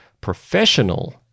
professional